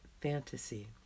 fantasy